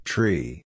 Tree